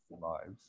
lives